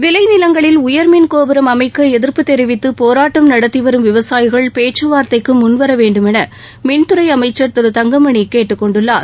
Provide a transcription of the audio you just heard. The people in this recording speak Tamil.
விளைநிலங்களில் உயர்மின் கோபுரம் அமைக்க எதிர்ப்பு தெரிவித்து போராட்டம் நடத்தி வரும் விவசாயிகள் பேச்சுவார்த்தைக்கு முன்வர வேண்டுமென மின்துறை அமைச்சர் திரு தங்கமணி கேட்டுக் கொண்டுள்ளார்